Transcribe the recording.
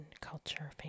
culture